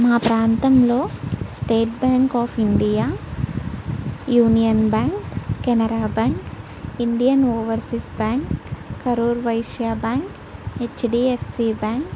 మా ప్రాంతంలో state bank of India union bank Canara bank Indian overseas bank Karur Vysya bank HDFC bank